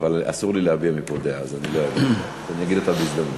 אסור לי להביע דעה, אז אני אגיד אותה בהזדמנות.